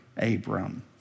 Abram